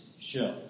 show